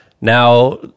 now